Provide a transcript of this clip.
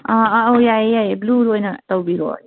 ꯑꯪ ꯑꯧ ꯌꯥꯏꯌꯦ ꯌꯥꯏꯌꯦ ꯕ꯭ꯂꯨꯗꯣ ꯑꯣꯏꯅ ꯇꯧꯕꯤꯔꯣ ꯑꯩꯒꯤꯗꯤ